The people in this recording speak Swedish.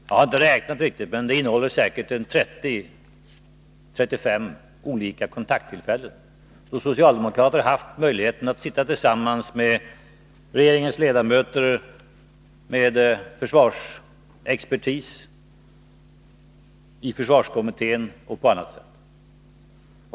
Jag har inte räknat efter, men i denna handling omnämns säkert 30-35 olika kontakttillfällen, då socialdemokraterna har haft möjlighet att diskutera med regeringens ledamöter, med försvarsexpertis, i försvarskommittén och på annat sätt.